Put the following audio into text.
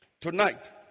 Tonight